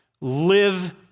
live